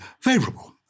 favourable